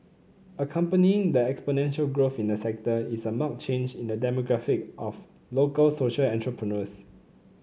accompanying the exponential growth in the sector is a marked change in the demographic of local social entrepreneurs